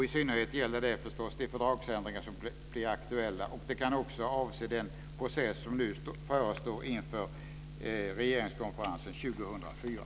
I synnerhet gäller det förstås de fördragsändringar som blir aktuella men det kan också avse den process som förestår inför regeringskonferensen 2004.